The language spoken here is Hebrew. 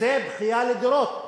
וזו בכייה לדורות,